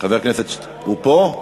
הוא פה,